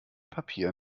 papier